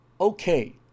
okay